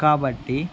కాబట్టి